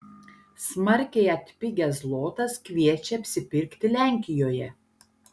smarkiai atpigęs zlotas kviečia apsipirkti lenkijoje